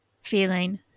feeling